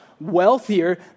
wealthier